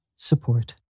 Support